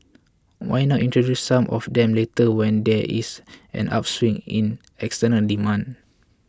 why not introduce some of them later when there is an upswing in external demand